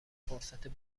فرصت